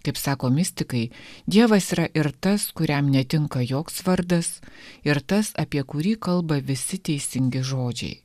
kaip sako mistikai dievas yra ir tas kuriam netinka joks vardas ir tas apie kurį kalba visi teisingi žodžiai